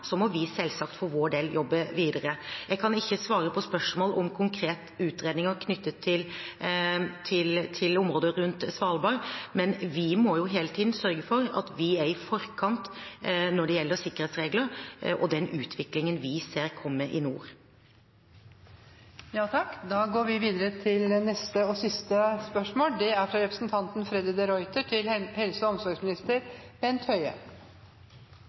må vi selvsagt for vår del jobbe videre. Jeg kan ikke svare på spørsmål om konkrete utredninger knyttet til området rundt Svalbard, men vi må jo hele tiden sørge for at vi er i forkant når det gjelder sikkerhetsregler og den utviklingen vi ser komme i nord. Jeg vil gjerne stille følgende spørsmål til helse- og